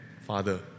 father